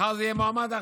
מחר זה יהיה מועמד אחר.